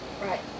Right